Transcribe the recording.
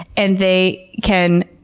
and they can,